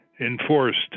enforced